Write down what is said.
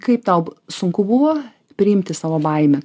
kaip tau sunku buvo priimti savo baimę